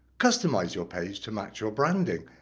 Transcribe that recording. customise your page to match your branding,